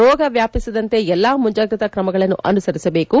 ರೋಗ ವ್ಯಾಪಿಸದಂತೆ ಎಲ್ಲ ಮುಂಜಾಗ್ರತಾ ಕ್ರಮಗಳನ್ನು ಅನುಸರಿಸಬೇಕು